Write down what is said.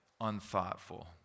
unthoughtful